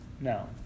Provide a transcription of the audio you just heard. No